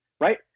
right